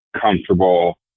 comfortable